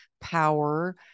Power